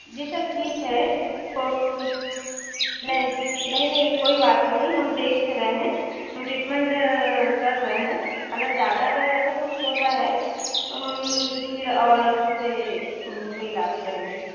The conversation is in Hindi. जी सर ठीक है तो फिर नहीं नहीं नहीं कोई बात नहीं हम देख रहे है टीटमेंट कर रहे हैं अगर ज़्यादा अगर ऐसा कुछ होता है तो अच्छे से उनका इलाज करेंगे